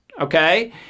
okay